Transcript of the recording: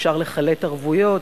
אפשר לחלט ערבויות,